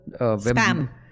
Spam